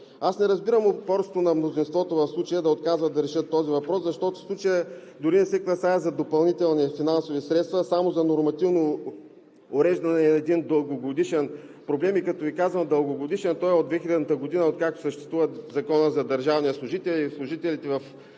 Не разбирам упорството на мнозинството в случая да отказват да решат този въпрос, защото в случая дори не се касае за допълнителни финансови средства, а само за нормативно уреждане на един дългогодишен проблем. Като Ви казвам дългогодишен, той е от 2000 г., откакто съществува Законът за държавния служител и служителите в